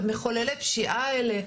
על מחוללי הפשיעה האלה.